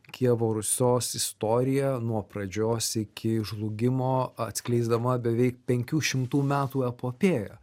kijevo rusios istoriją nuo pradžios iki žlugimo atskleisdama beveik penkių šimtų metų epopėją